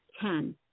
ten